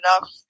enough